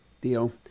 deal